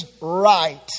right